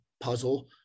puzzle